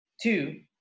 Two